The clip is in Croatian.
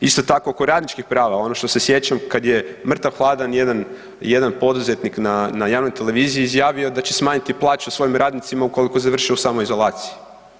Isto tako, oko radničkih prava, ono što se sjećam, kad je mrtav-hladan jedan poduzetnik na javnoj televiziji izjavio da će smanjiti plaću svojim radnicima ukoliko završe u samoizolaciji.